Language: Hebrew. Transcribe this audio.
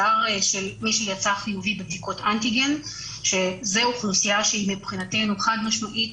של מי שיצא חיובי בבדיקות אנטיגן שזה אוכלוסייה שמבחינתנו חד משמעית